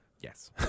Yes